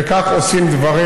וכך עושים דברים.